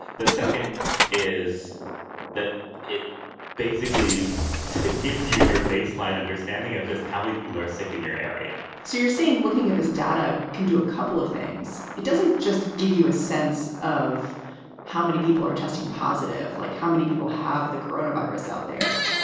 the second is that it basically gives you your baseline understanding of just how many people are sick in your area so you're saying looking at this data can do a couple of things. it doesn't just give you a sense of how many people are testing positive, like how many people have the coronavirus out there.